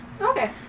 Okay